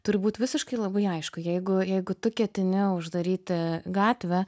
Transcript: turi būt visiškai labai aišku jeigu jeigu tu ketini uždaryti gatvę